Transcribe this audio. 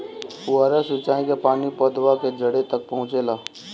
फुहारा सिंचाई का पानी पौधवा के जड़े तक पहुचे ला?